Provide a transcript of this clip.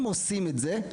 אם עושים את זה,